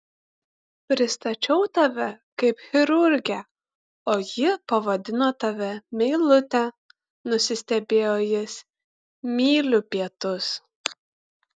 pristačiau tave kaip chirurgę o ji pavadino tave meilute nusistebėjo jis myliu pietus